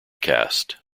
cast